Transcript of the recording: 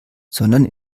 sondern